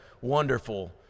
wonderful